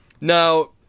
Now